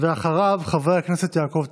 חבר הכנסת אורי